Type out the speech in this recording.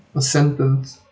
a sentence